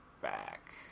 back